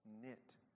knit